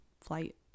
flight